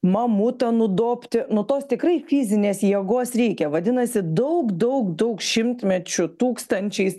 mamutą nudobti nu tos tikrai fizinės jėgos reikia vadinasi daug daug daug šimtmečių tūkstančiais